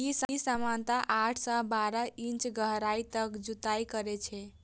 ई सामान्यतः आठ सं बारह इंच गहराइ तक जुताइ करै छै